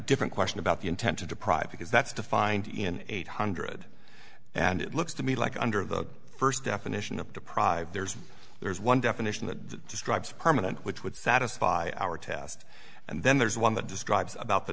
different question about the intent to deprive because that's defined in eight hundred and it looks to me like under the first definition of deprived there's there's one definition that describes permanent which would satisfy our tast and then there's one that describes about the